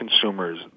consumers